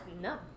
no